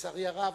לצערי הרב,